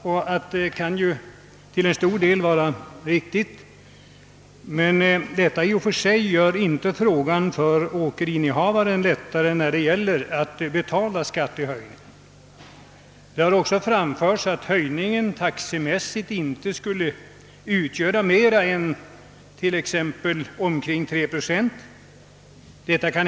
Detta kan till stor del vara riktigt, men den saken gör det inte lättare för åkeriinnehavarna att betala skatten. Det har också anförts att höjningen inte skulle motsvara mer än omkring 3 procents ökning av taxan.